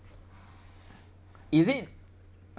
is it